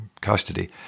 custody